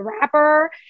rapper